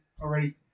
already